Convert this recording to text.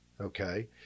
okay